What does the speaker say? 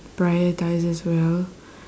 prioritises well